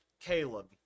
Caleb